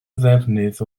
ddefnydd